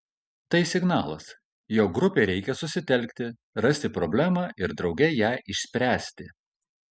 tai signalas jog grupei reikia susitelkti rasti problemą ir drauge ją išspręsti